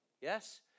Yes